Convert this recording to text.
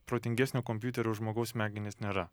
protingesnio kompiuterio už žmogaus smegenis nėra